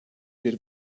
bir